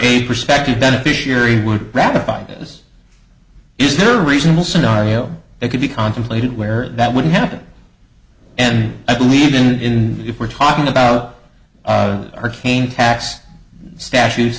a prospective beneficiary would buy this is the reasonable scenario it could be contemplated where that wouldn't happen and i believe in it if we're talking about arcane tax statues